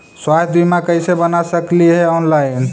स्वास्थ्य बीमा कैसे बना सकली हे ऑनलाइन?